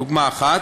זו דוגמה אחת.